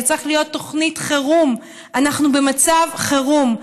זו צריכה להיות תוכנית חירום, אנחנו במצב חירום,